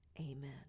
Amen